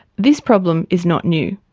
this problem is not new,